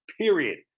period